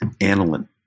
aniline